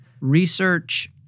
research